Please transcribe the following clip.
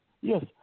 Yes